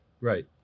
Right